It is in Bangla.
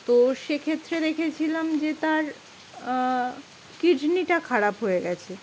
তো সেক্ষেত্রে দেখেছিলাম যে তার কিডনিটা খারাপ হয়ে গেছে